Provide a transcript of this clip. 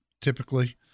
typically